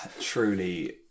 truly